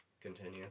continue